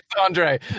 Andre